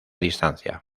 distancia